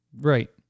Right